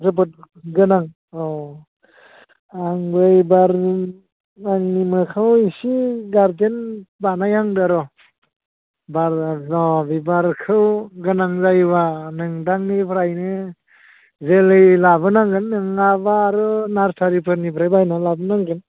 जोबोद गोनां औ आंबो एबार आंनि मोखांआव एसे गारदेन बानायहांदों र' बाराबा बिबारखौ गोनां जायोबा नोंथांनिफ्रायनो जोलै लाबोनांगोन नङाबा आरो नारसारिफोरनिफ्राय बायना लाबोनांगोन